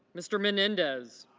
mr. menendez